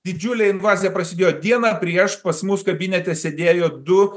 didžiulė invazija prasidėjo dieną prieš pas mus kabinete sėdėjo du